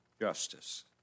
justice